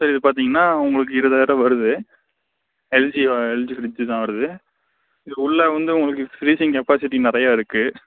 sir இது பார்த்திங்கன்னா உங்களுக்கு இருவதாயர ரூவா வருது எல்ஜி எல்ஜி ஃபிரிட்ஜு தான் வருது இது உள்ளே வந்து உங்களுக்கு ஃபிரீஸிங் கெப்பாசிட்டி நிறையா இருக்குது